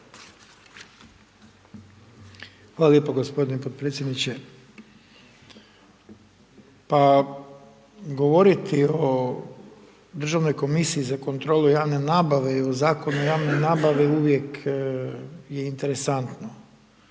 Hvala lijepo g. potpredsjedniče. Pa govoriti o Državnoj komisiji za kontrolu javne nabave i o Zakonu o javnoj nabavi, uvijek je interesantno